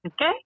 okay